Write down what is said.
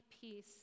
peace